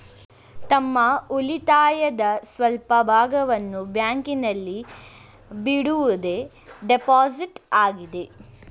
ತಮ್ಮ ಉಳಿತಾಯದ ಸ್ವಲ್ಪ ಭಾಗವನ್ನು ಬ್ಯಾಂಕಿನಲ್ಲಿ ಬಿಡುವುದೇ ಡೆಪೋಸಿಟ್ ಆಗಿದೆ